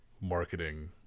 marketing